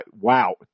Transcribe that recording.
Wow